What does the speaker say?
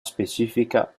specifica